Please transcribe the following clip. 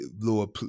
Lord